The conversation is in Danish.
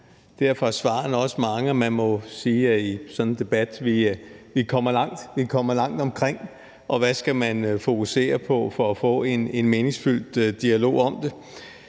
derfor er svarene også mange, og man må jo sige, at vi kommer langt omkring i sådan en debat, og hvad skal man fokusere på for at få en meningsfyldt dialog om det?